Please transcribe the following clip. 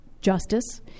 justice